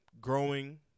growing